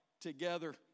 together